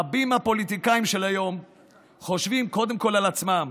רבים הפוליטיקאים של היום שחושבים קודם כול על עצמם